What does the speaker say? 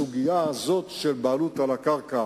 הסוגיה הזאת של בעלות על הקרקע